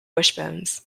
wishbones